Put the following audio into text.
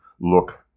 look